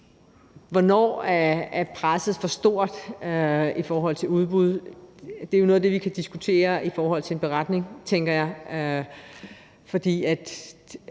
Hvornår er presset for stort i forhold til udbud? Det er jo noget af det, vi kan diskutere i forhold til en beretning, tænker jeg,